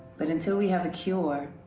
but until we have a cure,